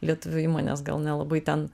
lietuvių įmonės gal nelabai ten